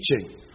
teaching